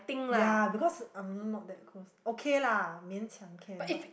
ya because I'm not that close okay lah 勉强 can but